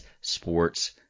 Sports